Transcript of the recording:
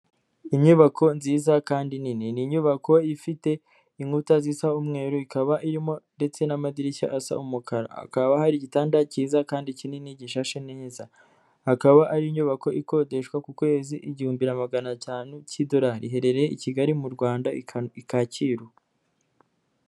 Inyubako nziza kandi nini, ni inyubako ifite inkuta zisa umweru, ikaba irimo ndetse n'amadirishya asa umukara, hakaba hari igitanda cyiza kandi kinini gishashe neza, hakaba ari inyubako ikodeshwa ku kwezi igihumbi na magana atanu cy'idolari, iherereye i Kigali mu Rwanda Kacyiru.